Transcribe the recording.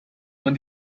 man